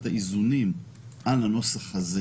האיזונים נכון להתכנס על הנוסח המוצע כאן.